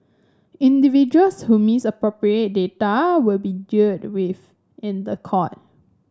individuals who misappropriate data will be dealt with in the court